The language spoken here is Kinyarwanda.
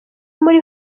muri